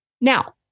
now